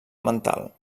mental